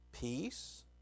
Peace